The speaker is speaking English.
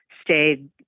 stayed